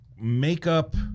makeup